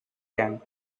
young